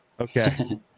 Okay